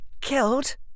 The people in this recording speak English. killed